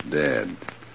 Dead